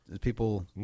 people